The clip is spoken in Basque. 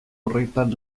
horretan